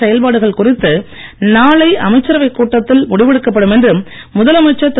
செயல்பாடுகள் குறித்து நாளை அமைச்சரவைக் கூட்டத்தில் முடிவெடுக்கப்படும் என்று முதலமைச்சர் திரு